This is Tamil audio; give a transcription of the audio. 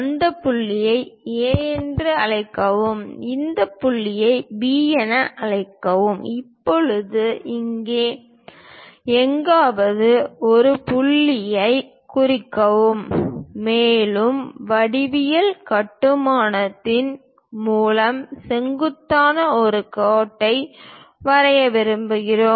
இந்த புள்ளியை A என்று அழைக்கவும் இந்த புள்ளியை B என அழைக்கவும் இப்போது இங்கே எங்காவது ஒரு புள்ளியைக் குறிக்கவும் மேலும் வடிவியல் கட்டுமானத்தின் மூலம் செங்குத்தாக ஒரு கோட்டை வரைய விரும்புகிறோம்